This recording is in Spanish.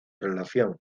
relación